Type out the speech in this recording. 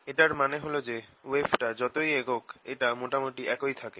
এটার মানে হল যে ওয়েভটা যতই এগোক এটা মোটামুটি একই থাকে